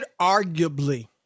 arguably